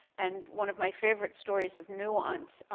and one of my favorite stories of nuance,